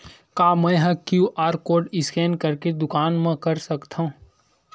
का मैं ह क्यू.आर कोड स्कैन करके दुकान मा कर सकथव?